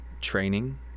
training